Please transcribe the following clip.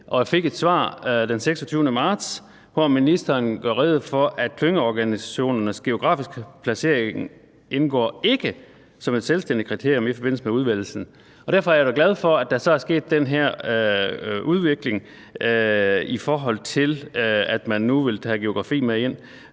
og fik et svar den 26. marts, hvor ministeren gør rede for, at klyngeorganisationernes geografiske placering ikke indgår som et selvstændigt kriterium i forbindelse med udvælgelsen. Derfor er jeg da glad for, at der så er sket den her udvikling, i forhold til at man nu vil tage geografien med.